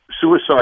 suicide